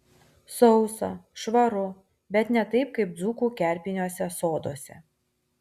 sausa švaru bet ne taip kaip dzūkų kerpiniuose soduose